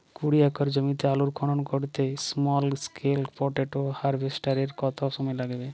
কুড়ি একর জমিতে আলুর খনন করতে স্মল স্কেল পটেটো হারভেস্টারের কত সময় লাগবে?